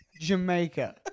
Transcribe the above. Jamaica